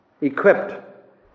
equipped